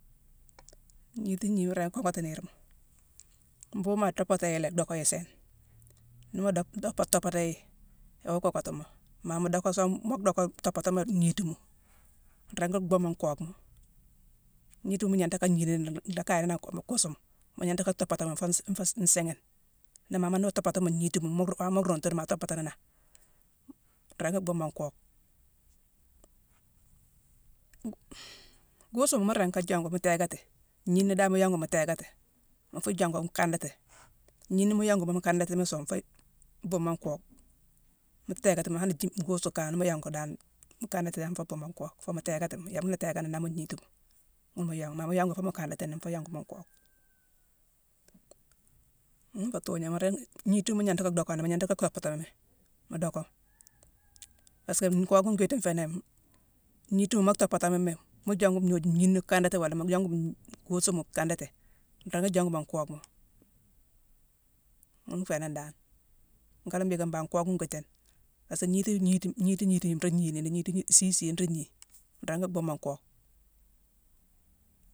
Ngniiti ngnima nringi kockati niirma. Mbuughune ma toppata yi lé, docka yi sééne. Ni mu dop-dopa-toppata yi, iwoo kockati mo, ma mu docka song, mu docka-toppato mu ngniitima, nringi bhuumo nkookhma. Ngniitima mu gnanghta ka gnii nini nlaa kaye nini a-kuu-mu kuusuma, mu gnanghta ka toppatimi foo-foo nsiighine. Maa ni ma toppata mu ngniitima, mu roome-waama mu ruundutini, ma toppata nangh, nringi bhuu mo nkookhma. Guusuma mu ringi jongu théékati, ngnina dan mu yongu mu téékati. Mu fu jongu mu kandati. Ngniina mu yongumi mu kandatimi song, nfu buumo nkookh. Mu téékatimi han-ji-guusu kama, ni mu yongu dan, mu kandati dan, nfuu buu mo nkookh, foo mu téékatimi. Yéma nla téékani nangh mu ngniitima, muna mu yongu. Maa mu yongu foo mu kandatimi, nfuu yongu mo nkookh. Ghune nféé ntuugnéma lé. Mu-ringi-ngnitima mu gnanta ka dockani, mu gnanta ka tooppatami, mu docka. Parsk nkookhma ngwiiti nféénangh, ngniitima mu tooppatami méme, mu jongu gnooju ngnina kandati, wola mu yongu-n-guusuma mu kandati, nringi jongu mo nkookhma. Ghune nféé nangh dan. Nka la mbhiiké mbangh nkookhma ngwiitine. Parsk ngniti-gniti-gniti nruu gniiti nini ngniti isiisi, nruu gnii, nringi bhuu mo nkookh